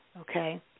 Okay